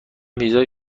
ویزای